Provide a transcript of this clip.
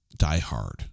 diehard